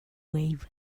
wave